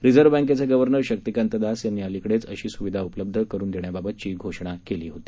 reserve बॅंकेचे governor Shaktikanta Das यांनी अलिकडेच अशी सुविधा उपलब्ध करून देण्याबाबतची घोषणा केली होती